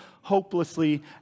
hopelessly